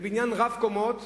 בבניין רב-קומות.